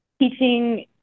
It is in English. teaching